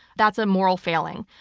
that's a moral failing.